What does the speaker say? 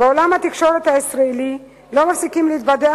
בעולם התקשורת הישראלי לא מפסיקים להתבדח